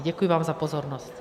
Děkuji vám za pozornost.